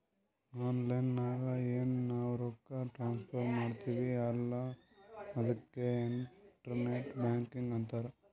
online ನಾಗ್ ಎನ್ ನಾವ್ ರೊಕ್ಕಾ ಟ್ರಾನ್ಸಫರ್ ಮಾಡ್ತಿವಿ ಅಲ್ಲಾ ಅದುಕ್ಕೆ ಇಂಟರ್ನೆಟ್ ಬ್ಯಾಂಕಿಂಗ್ ಅಂತಾರ್